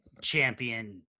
champion